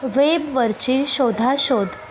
वेबवरची शोधाशोध